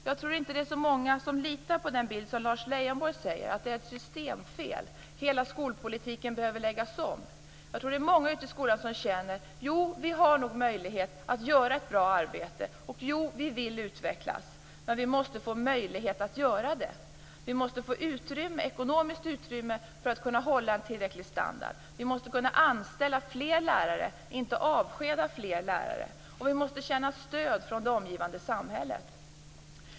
Jag tror inte att det är så många som litar på den bild som Lars Leijonborg framhåller, nämligen att det är ett systemfel - hela skolpolitiken behöver läggas om. Jag tror att det är många i skolorna som känner att de kan göra ett bra arbete och att de vill utvecklas, men de måste få möjlighet att göra det. De måste få ekonomiskt utrymme att hålla en tillräcklig standard. Fler lärare måste anställas, inte avskedas. De måste känna stöd från det omgivande samhället.